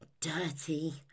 dirty